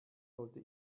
sollte